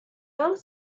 old